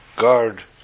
guard